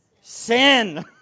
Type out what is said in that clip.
Sin